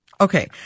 Okay